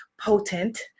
potent